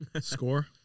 Score